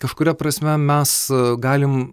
kažkuria prasme mes galim